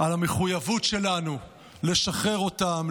על המחויבות שלנו לשחרר אותם,